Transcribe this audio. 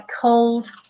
cold